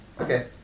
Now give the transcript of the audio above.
Okay